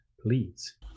please